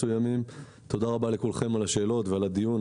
תודה רבה לכולכם על השאלות והדיון.